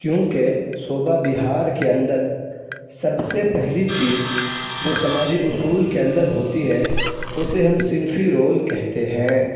کیوںکہ صوبہ بہار کے اندر سب سے پہلی چیز جو سماجی اصول کے اندر ہوتی ہے اسے ہم صنفی رول کہتے ہیں